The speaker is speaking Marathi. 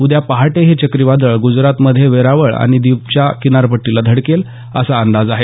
उद्या पहाटे हे चक्रीवादळ गुजराथमध्ये वेरावळ आणि दीवच्या किनारपट्टीला धडकेल असा अंदाज आहे